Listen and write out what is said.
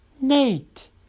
Nate